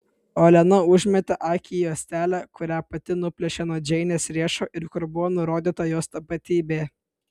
olena užmetė akį į juostelę kurią pati nuplėšė nuo džeinės riešo ir kur buvo nurodyta jos tapatybė